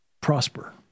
prosper